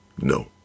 No